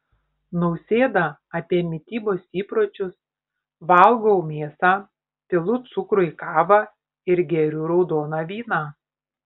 nausėda apie mitybos įpročius valgau mėsą pilu cukrų į kavą ir geriu raudoną vyną